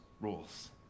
rules